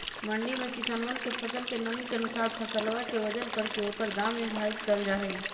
मंडी में किसनवन के फसल के नमी के अनुसार फसलवा के वजन करके ओकर दाम निर्धारित कइल जाहई